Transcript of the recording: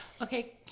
Okay